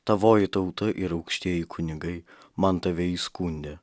tavoji tauta ir aukštieji kunigai man tave įskundė